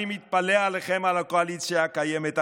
אני מתפלא עליכם, על הקואליציה הקיימת.